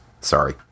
Sorry